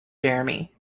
jeremy